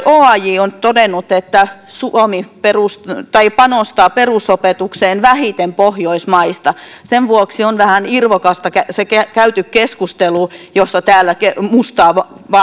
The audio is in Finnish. oaj on todennut että suomi panostaa perusopetukseen vähiten pohjoismaista sen vuoksi on vähän irvokasta se käyty keskustelu jossa täällä mustaa